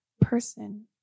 person